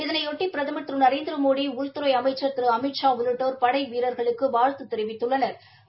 இதனையொட்டி பிரதமா் திரு நரேந்திரமோடி உள்துறை அமைச்சா் திரு அமித்ஷா உள்ளிட்டோா் படை வீரா்களுக்கு வாழ்த்து தெரிவித்துள்ளனா்